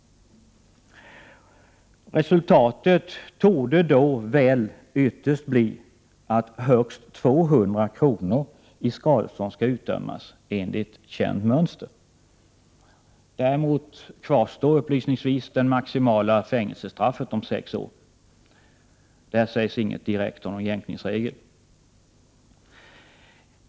Resultatet torde då väl ytterst bli att högst 200 kr. i skadestånd kan utdömas enligt känt mönster. Däremot kvarstår upplysningsvis det maximala fängelsestraffet om sex år. Om det sägs inget direkt angående jämkningsregler.